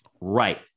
Right